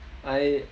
I